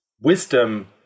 wisdom